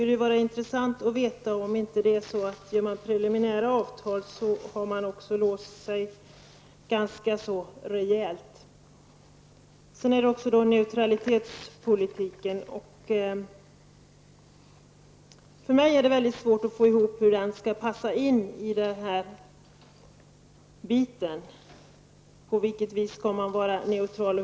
Det vore intressant att få veta om man inte genom preliminära avtal låser sig ganska rejält. För mig är det svårt att få det att gå ihop när det gäller att passa in neutralitetspolitiken. På vilket vis skall man vara neutral?